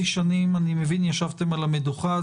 אני מבין ש-4.5 שנים ישבתם על המדוכה,